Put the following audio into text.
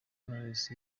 knowless